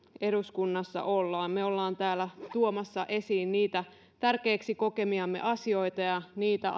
eduskunnassa olemme me olemme täällä tuomassa esiin tärkeiksi kokemiamme asioita ja ajamassa niitä